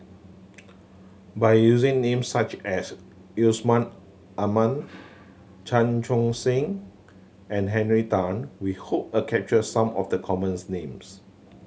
by using names such as Yusman Aman Chan Chun Sing and Henry Tan we hope a capture some of the commons names